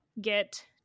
get